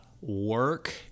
work